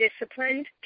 disciplined